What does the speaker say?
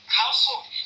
household